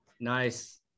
Nice